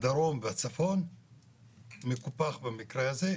הדרום והצפון מקופח במקרה הזה.